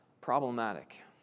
problematic